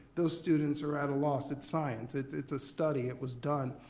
those students are at a loss, it's science, it's it's a study, it was done.